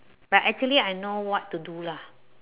but actually I know what to do lah